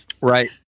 Right